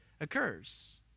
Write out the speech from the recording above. occurs